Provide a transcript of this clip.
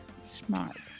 Smart